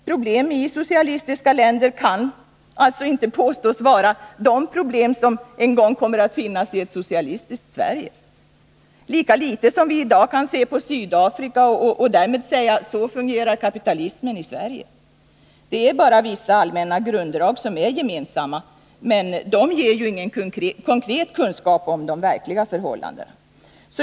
Problem i socialistiska länder kan alltså inte påstås vara de problem som en gång kommer att finnas i ett socialistiskt Sverige, lika litet som vi i dag kan se på Sydafrika och säga: Så fungerar kapitalismen i Sverige! Det är bara vissa allmänna grunddrag som är gemensamma, men de ger ingen konkret kunskap om de verkliga förhållandena.